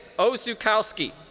osukowski.